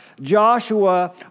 Joshua